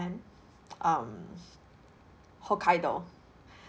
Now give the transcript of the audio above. um hokkaido